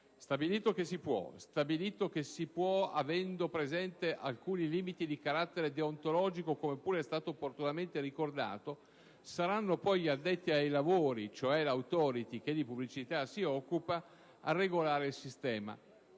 stabilito che si può avendo presenti alcuni limiti di carattere deontologico (come pure è stato opportunamente ricordato), saranno poi gli addetti ai lavori, cioè l'*Authority* che di pubblicità si occupa, a regolare il sistema.